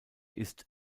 ist